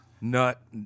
Nut